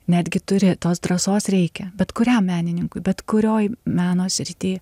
netgi turi tos drąsos reikia bet kuriam menininkui bet kurioj meno srity